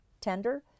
tender